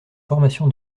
formation